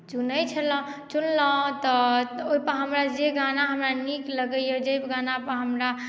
चुनैत छलहुँ चुनलहुँ तऽ ओहिपर हमरा जे गाना हमरा नीक लगैए जे गानापर हमरा